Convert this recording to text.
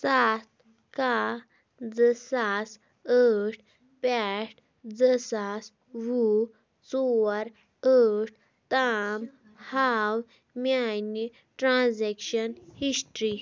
سَتھ کَہہ زٕ ساس ٲٹھ پٮ۪ٹھ زٕ ساس وُه ژور ٲٹھ تام ہاو میٛانہِ ٹرٛانزٮ۪کشَن ہِسٹرٛی